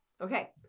Okay